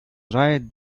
right